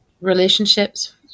relationships